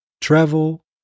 travel